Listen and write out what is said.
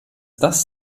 das